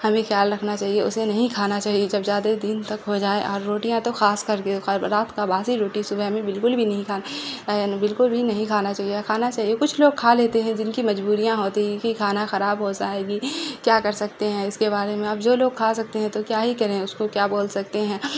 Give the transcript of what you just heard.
ہمیں خیال رکھنا چاہیے اسے نہیں کھانا چاہیے جب جیادہ دن تک ہو جائے اور روٹیاں تو خاص کر کے رات کا باسی روٹی صبح میں بالکل بھی نہیں کھا بالکل بھی نہیں کھانا چاہیے کھانا چاہیے کچھ لوگ کھا لیتے ہیں جن کی مجبوریاں ہوتی ہیں کہ کھانا خراب ہو جائے گی کیا کر سکتے ہیں اس کے بارے میں اب جو لوگ کھا سکتے ہیں تو کیا ہی کریں اس کو کیا بول سکتے ہیں